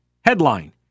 Headline